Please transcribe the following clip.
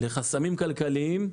לחסמים כלכליים,